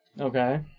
okay